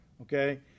Okay